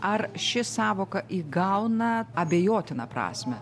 ar ši sąvoka įgauna abejotiną prasmę